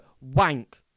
wank